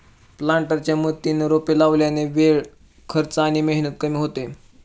प्लांटरच्या मदतीने रोपे लावल्याने वेळ, खर्च आणि मेहनत कमी होते